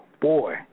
boy